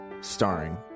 Starring